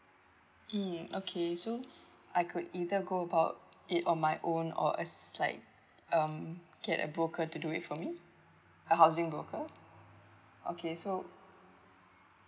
mm okay so I could either go about it on my own or as like um get broker to do it for me a housing broker okay so